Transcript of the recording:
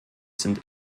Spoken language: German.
sind